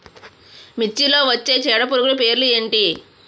మిర్చిలో వచ్చే చీడపురుగులు పేర్లు ఏమిటి?